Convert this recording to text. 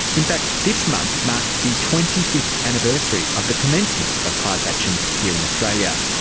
in fact this month marks the twenty fifth anniversary of the commencement of class actions here in australia.